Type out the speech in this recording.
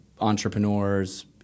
entrepreneurs